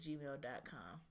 Gmail.com